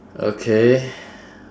okay